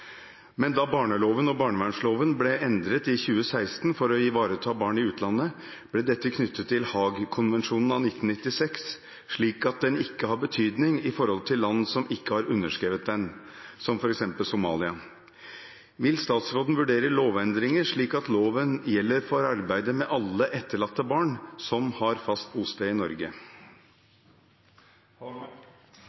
Men da barneloven og barnevernloven ble endret i 2016 for å ivareta barn i utlandet, ble dette knyttet til Haagkonvensjonen av 1996, slik at den ikke har betydning i forhold til land som ikke har underskrevet den, som f.eks. Somalia. Vil statsråden vurdere lovendringer, slik at loven gjelder for arbeidet med alle etterlatte barn som har fast bosted i Norge?»